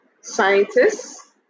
scientists